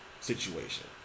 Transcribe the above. situation